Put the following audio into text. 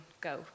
go